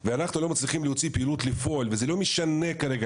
ואנחנו לא מצליחים להוציא פעילות לפועל וזה לא משנה כרגע,